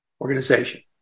Organization